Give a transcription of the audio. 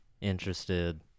interested